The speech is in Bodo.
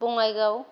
बङाइगाव